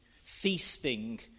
Feasting